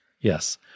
Yes